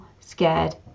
scared